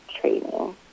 training